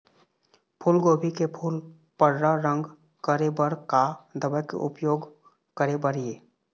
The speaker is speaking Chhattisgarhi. फूलगोभी के फूल पर्रा रंग करे बर का दवा के उपयोग करे बर ये?